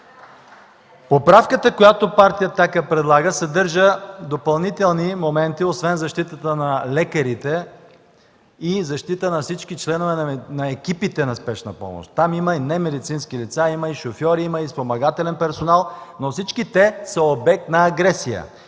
Поправката, която партия „Атака” предлага, съдържа допълнителни моменти, освен защитата на лекарите и защита на всички членове на екипите на Спешна помощ. Там има и немедицински лица – има шофьори, има спомагателен персонал. Но всички те са обект на агресия.